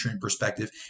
perspective